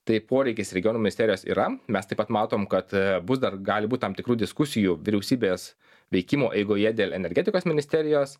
tai poreikis regionų minsterijos yra mes taip pat matom kad bus dar gali būti tam tikrų diskusijų vyriausybės veikimo eigoje dėl energetikos ministerijos